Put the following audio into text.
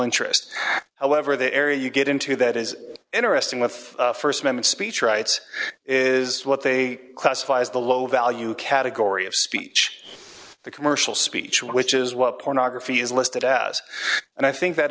interest however the area you get into that is interesting with st members speech rights is what they classify as the low value category of speech the commercial speech which is what pornography is listed as and i think that